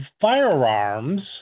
firearms